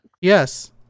Yes